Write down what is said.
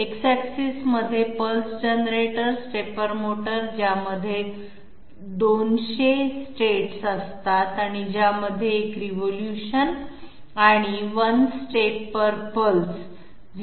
X axis मध्ये pulse generator stepper motor ज्यामध्ये 200 status असतात ज्यामध्ये एक रिव्होल्यूशन आणि 1 steppulse 0